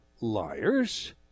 liars